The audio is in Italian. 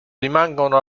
rimangono